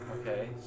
Okay